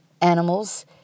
animals